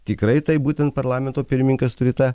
tikrai taip būtent parlamento pirmininkas turi tą